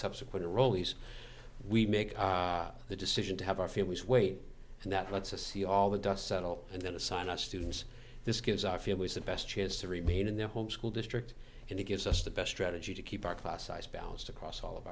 subsequent rowley's we make the decision to have our families wait and that lets us see all the dust settled and then assign our students this gives our families the best chance to remain in their home school district and it gives us the best strategy to keep our class size balanced across all of